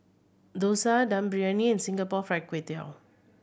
dosa Dum Briyani and Singapore Fried Kway Tiao